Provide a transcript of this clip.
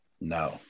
No